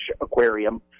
aquarium